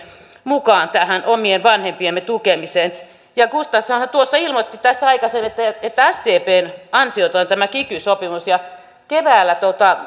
mukaan tähän omien vanhempiemme tukemiseen gustafssonhan ilmoitti tässä aikaisemmin että sdpn ansiota on tämä kiky sopimus ja